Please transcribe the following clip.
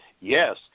yes